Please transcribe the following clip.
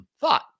thought